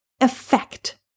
effect